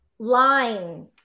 line